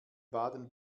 baden